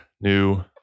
new